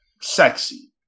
sexy